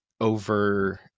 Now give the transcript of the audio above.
over